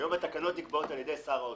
היום התקנות נקבעות על ידי שר האוצר.